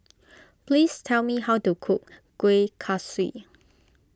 please tell me how to cook Kuih Kaswi